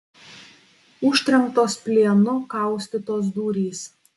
užtrenktos plienu kaustytos durys